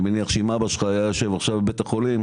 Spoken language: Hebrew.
אני מניח שאם אבא שלך היה יושב עכשיו בבית החולים